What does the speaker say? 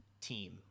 team